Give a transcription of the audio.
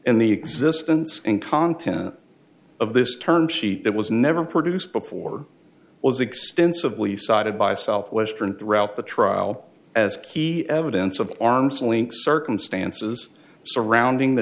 and the existence and content of this term sheet that was never produced before was extensively cited by south western throughout the trial as key evidence of arms link circumstances surrounding the